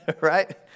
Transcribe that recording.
Right